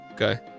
Okay